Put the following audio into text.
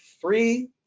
three